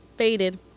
Faded